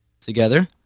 together